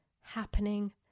happening